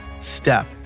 step